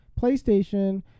playstation